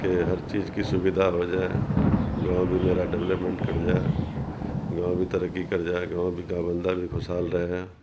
کہ ہر چیز کی سویدھا ہو جائے گاؤں بھی میرا ڈولپمنٹ کر جائے گاؤں بھی ترقی کر جائے گاؤں بھی کا بندہ بھی خوش حال رہے